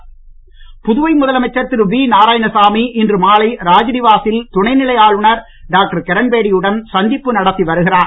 ராஜ்நிவாஸ் சந்திப்பு புதுவை முதலமைச்சர் திரு வி நாராயணசாமி இன்று மாலை ராஜ்நிவாசில் துணை நிலை ஆளுநர் டாக்டர் கிரண்பேடியுடன் சந்திப்பு நடத்தி வருகிறார்